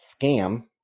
scam